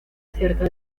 acerca